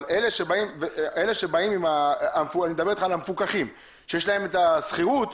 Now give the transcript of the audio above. אני מדבר על המפוקחים שיש להם את השכירות,